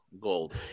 gold